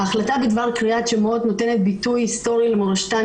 ההחלטה בדבר קריאת שמות נותנת ביטוי היסטורי למורשתן